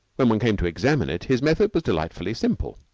when one came to examine it, his method was delightfully simple.